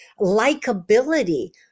likability